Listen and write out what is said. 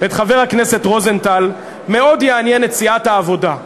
את חבר הכנסת רוזנטל מאוד יעניין את סיעת העבודה: